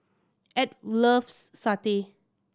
Edw loves satay